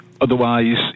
Otherwise